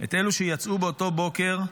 של אלו שיצאו באותו בוקר,